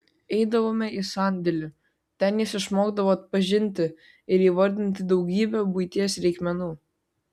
eidavome į sandėlį ten jis išmokdavo atpažinti ir įvardinti daugybę buities reikmenų